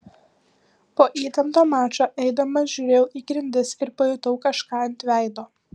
po įtempto mačo eidamas žiūrėjau į grindis ir pajutau kažką ant veido